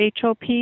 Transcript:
HOP